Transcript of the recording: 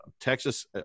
Texas